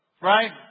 right